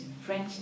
French